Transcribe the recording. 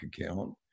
account